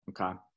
okay